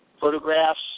photographs